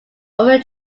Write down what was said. over